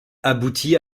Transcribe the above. aboutit